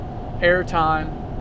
airtime